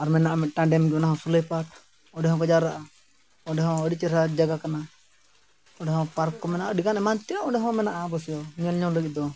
ᱟᱨ ᱢᱮᱱᱟᱜᱼᱟ ᱢᱤᱫᱴᱟᱝ ᱰᱮᱢ ᱚᱱᱟ ᱦᱚᱸ ᱥᱩᱞᱟᱹᱭᱯᱟᱲ ᱚᱸᱰᱮ ᱦᱚᱸᱠᱚ ᱡᱟᱣᱨᱟᱜᱼᱟ ᱚᱸᱰᱮ ᱦᱚᱸ ᱟᱹᱰᱤ ᱪᱮᱦᱨᱟ ᱡᱟᱭᱜᱟ ᱠᱟᱱᱟ ᱚᱸᱰᱮ ᱦᱚᱸ ᱯᱟᱨᱠ ᱠᱚ ᱢᱮᱱᱟᱜᱼᱟ ᱟᱹᱰᱤ ᱜᱟᱱ ᱮᱢᱟᱱ ᱛᱮᱱᱟᱜ ᱚᱸᱰᱮ ᱦᱚᱸ ᱢᱮᱱᱟᱜᱼᱟ ᱚᱵᱚᱥᱥᱚ ᱧᱮᱞ ᱧᱟᱢ ᱞᱟᱹᱜᱤᱫ ᱫᱚ